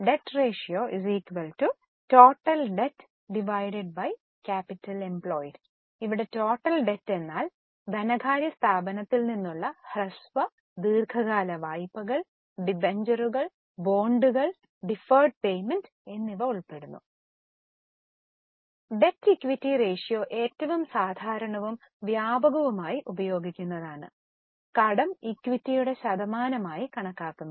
debt ratio total debt capital employed ഇവിടെ total debt എന്നാൽ ധനകാര്യ സ്ഥാപനത്തിൽ നിന്നുള്ള ഹ്രസ്വ ദീർഘകാല വായ്പ ഡിബഞ്ചറുകൾ ബോണ്ടുകൾ ഡിഫേർഡ് പയ്മെന്റ്റ് എന്നിവ ഉൾപ്പെടുന്നു ഡെറ്റ് ഇക്വിറ്റി റേഷ്യോ ഏറ്റവും സാധാരണവും വ്യാപകവുമായി ഉപയോഗിക്കുന്നതാണ് കടം ഇക്വിറ്റിയുടെ ശതമാനമായി കണക്കാക്കുന്നു